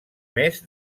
més